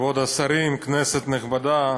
כבוד השרים, כנסת נכבדה,